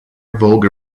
volga